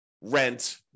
rent